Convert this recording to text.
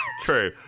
True